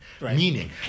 Meaning